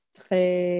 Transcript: très